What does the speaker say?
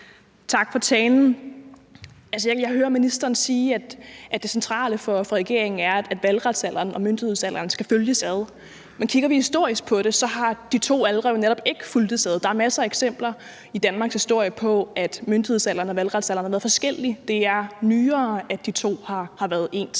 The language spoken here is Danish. Tak for talen. Jeg hører ministeren sige, at det centrale for regeringen er, at valgretsalderen og myndighedsalderen skal følges ad, men kigger vi historisk på det, har de to aldre jo netop ikke fulgtes ad. Der er masser af eksempler i Danmarks historie på, at myndighedsalderen og valgretsalderen har været forskellige. Det er nyere, at de to har været ens,